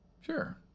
Sure